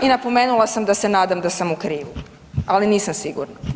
I napomenula sam, da se nadam da sam u krivu, ali nisam sigurna.